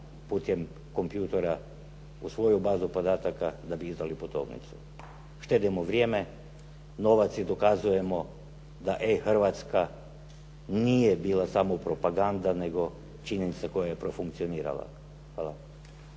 putem kompjutera u svoju bazu podataka da bi izdali putovnicu. Štedimo vrijeme, novac i dokazujemo da e-Hrvatska nije bila samo propaganda nego činjenica koja je profunkcionirala. Hvala.